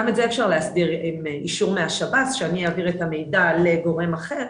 גם את זה אפשר להסדיר עם אישור מהשב"ס שאני יעביר את המידע לגורם אחר,